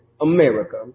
America